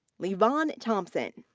le von thompson.